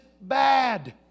bad